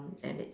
and it's